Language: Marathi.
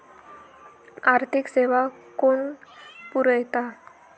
आर्थिक सेवा कोण पुरयता?